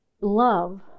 Love